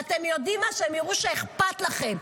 ואתם יודעים מה, שהם יראו שאכפת לכם.